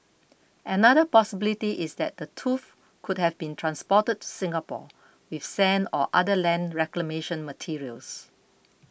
another possibility is that the tooth could have been transported to Singapore with sand or other land reclamation materials